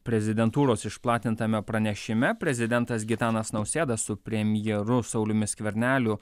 prezidentūros išplatintame pranešime prezidentas gitanas nausėda su premjeru sauliumi skverneliu